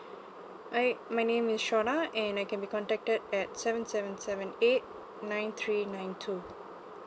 I my name is syona and I can be contacted at seven seven seven eight nine three nine two